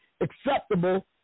acceptable